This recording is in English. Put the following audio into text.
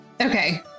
Okay